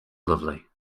lovely